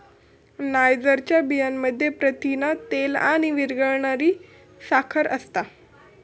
नायजरच्या बियांमध्ये प्रथिना, तेल आणि विरघळणारी साखर असता